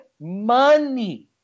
money